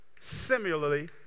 similarly